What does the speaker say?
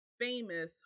famous